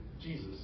Jesus